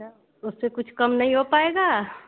उससे कुछ कम नहीं हो पाएगा